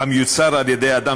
המיוצר על-ידי האדם,